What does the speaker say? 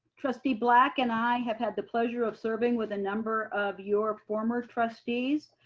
trustee black and i have had the pleasure of serving with a number of your former trustees.